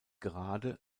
gerade